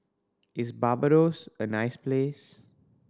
is Barbados a nice place